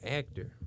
actor